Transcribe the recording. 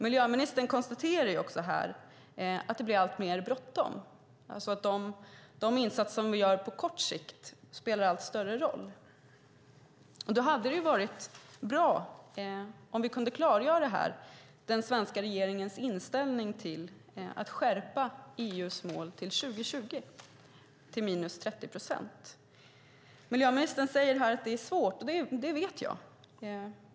Miljöministern konstaterar också att det blir alltmer bråttom. De insatser som vi gör på kort sikt spelar allt större roll. Det hade varit bra att klargöra den svenska regeringens inställning till att skärpa EU:s mål till 2020 till 30 procent. Miljöministern säger att det är svårt. Det vet jag.